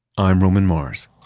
i'm roman mars